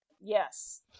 Yes